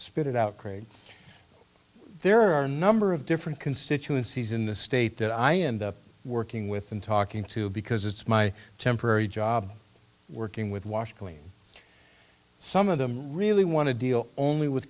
spit it out grades there are number of different constituencies in the state that i end up working with and talking to because it's my temporary job working with washed clean some of them really want to deal only with